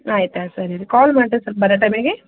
ಆಯ್ತಾಯ್ತು ಸರಿ ರೀ ಕಾಲ್ ಮಾಡ್ರಿ ಸ್ವಲ್ಪ ಬರೋ ಟೈಮಿಗೆ